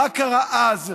מה קרה אז,